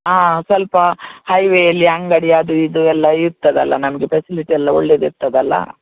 ಹಾಂ ಸ್ವಲ್ಪ ಹೈವೆಯಲ್ಲಿ ಅಂಗಡಿ ಅದು ಇದು ಎಲ್ಲ ಇರ್ತದಲ್ಲ ನಮಗೆ ಪೆಸಿಲಿಟಿ ಎಲ್ಲ ಒಳ್ಳೆಯದಿರ್ತದಲ್ಲ